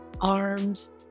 arms